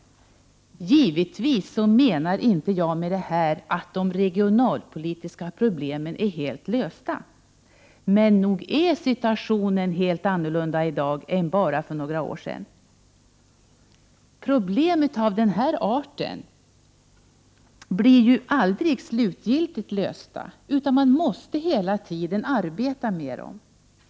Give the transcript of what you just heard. Jag menar givetvis inte att de regionalpolitiska problemen är helt lösta, men nog är situationen helt annorlunda i dag än bara för några år sedan. Problem av den här arten blir aldrig slutgiltigt lösta, utan man måste hela tiden arbeta med dem.